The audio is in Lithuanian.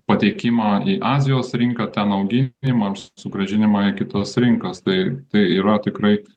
pateikimą į azijos rinką ten auginimą sugrąžinimą į kitas rinkas tai tai yra tikrai